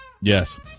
Yes